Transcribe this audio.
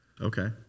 Okay